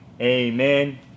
amen